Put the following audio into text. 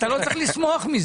אתה לא צריך לשמוח מזה.